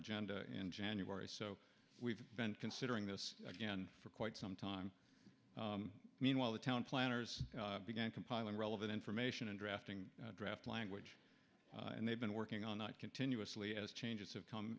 agenda in january so we've been considering this again for quite some time meanwhile the town planners began compiling relevant information and drafting draft language and they've been working on that continuously as changes have come